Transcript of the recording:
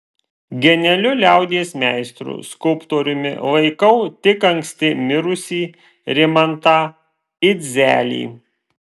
genialiu liaudies meistru skulptoriumi laikau tik anksti mirusį rimantą idzelį